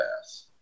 pass